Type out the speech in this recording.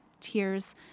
Tears